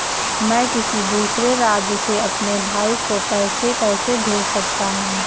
मैं किसी दूसरे राज्य से अपने भाई को पैसे कैसे भेज सकता हूं?